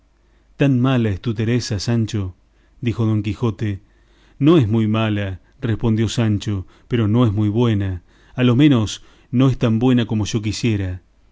tan mala es tu teresa sancho dijo don quijote no es muy mala respondió sancho pero no es muy buena a lo menos no es tan buena como yo quisiera